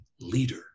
leader